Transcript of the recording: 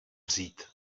vzít